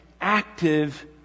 active